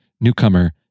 newcomer